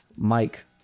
Mike